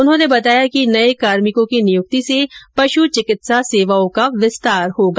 उन्होंने बताया कि नए कार्मिको की नियुक्ति से पशु चिकित्सा सेवाओं का विस्तार होगा